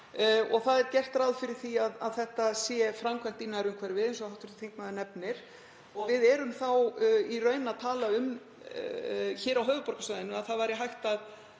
skrið. Gert er ráð fyrir því að þetta sé framkvæmt í nærumhverfi, eins og hv. þingmaður nefnir. Við erum þá í raun að tala um hér á höfuðborgarsvæðinu, að hægt væri að